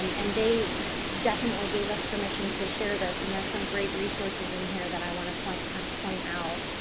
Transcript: um and they definitely gave us permission to share this. and there are some great resources in here that i want to point point out.